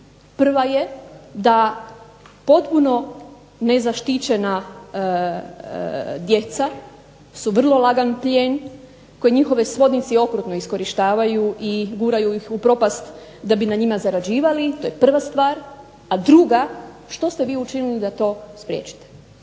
Prva je da potpuno nezaštićena djeca su vrlo lagan plijen koji njihovi svodnici okrutno iskorištavaju i guraju ih u propast da bi na njima zarađivali, to je prva stvar. a druga, što ste vi učinili da to spriječite?